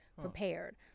prepared